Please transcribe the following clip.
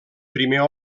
primer